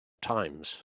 times